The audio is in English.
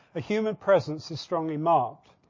a human presence is strongly marked.